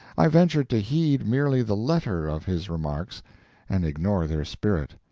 i ventured to heed merely the letter of his remarks and ignore their spirit.